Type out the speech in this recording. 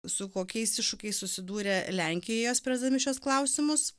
su kokiais iššūkiais susidūrė lenkija spręsdami šiuos klausimus